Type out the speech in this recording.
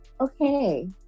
okay